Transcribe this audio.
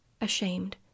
ashamed